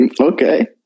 Okay